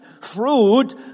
fruit